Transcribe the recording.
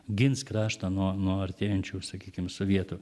gins kraštą nuo nuo artėjančių sakykim sovietų